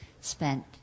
spent